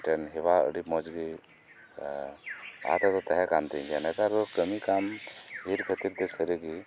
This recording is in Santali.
ᱢᱤᱫᱴᱮᱱ ᱦᱮᱣᱟ ᱟᱹᱰᱤ ᱢᱚᱸᱡᱽ ᱜᱮ ᱞᱟᱦᱟ ᱛᱮᱫᱚ ᱛᱟᱦᱮᱸ ᱠᱟᱱ ᱛᱤᱧ ᱜᱮᱭᱟ ᱱᱮᱛᱟᱨ ᱫᱚ ᱠᱟᱹᱢᱤ ᱠᱟᱱ ᱰᱷᱮᱨ ᱠᱷᱟᱹᱛᱤᱨ ᱛᱮ ᱥᱟᱹᱨᱤ ᱜᱮ